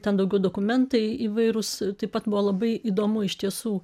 ten daugiau dokumentai įvairūs taip pat buvo labai įdomu iš tiesų